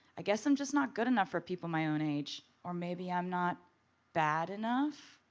i guess i'm just not good enough for people my own age. or maybe i'm not bad enough?